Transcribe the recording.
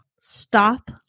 stop